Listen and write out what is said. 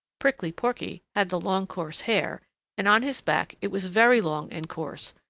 prickly porky had the long coarse hair and on his back it was very long and coarse,